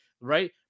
Right